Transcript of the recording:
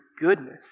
goodness